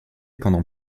pendant